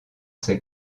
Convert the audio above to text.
ses